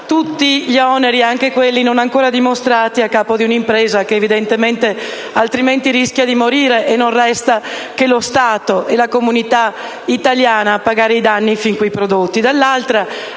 tutti gli oneri, anche quelli non ancora dimostrati, in capo ad un'impresa che evidentemente altrimenti rischia di morire e non resterebbero che lo Stato e la comunità italiana a pagare i danni fin qui prodotti.